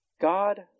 God